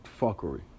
...fuckery